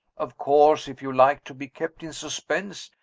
of course, if you like to be kept in suspense,